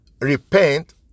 Repent